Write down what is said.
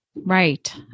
Right